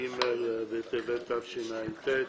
כ"ג בטבת השתע"ט,